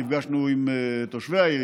נפגשנו עם תושבי העיר,